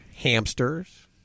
Hamsters